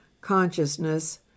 consciousness